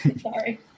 Sorry